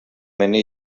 mena